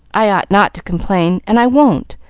i ought not to complain, and i won't,